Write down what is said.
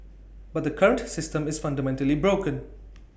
but the current system is fundamentally broken